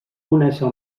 conèixer